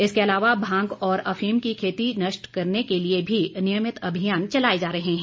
इसके अलावा भांग और अफीम की खेती नष्ट करने के लिए भी नियमित अभियान चलाए जा रहे हैं